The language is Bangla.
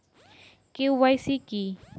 কে.ওয়াই.সি কী?